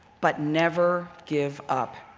but never give up.